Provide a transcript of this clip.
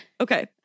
Okay